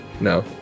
No